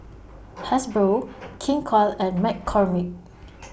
Hasbro King Koil and McCormick